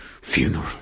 funeral